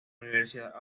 universidad